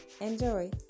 Enjoy